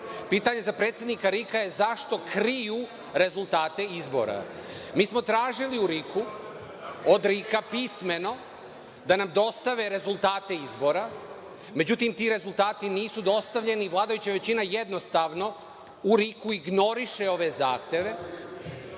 Pitanje za predsednika RIK-a je zašto kriju rezultate izbora? Mi smo tražili od RIK-a pismeno da nam dostave rezultate izbora. Međutim, ti rezultati nisu dostavljeni i vladajuća većina jednostavno u RIK-u ignoriše ove zahteve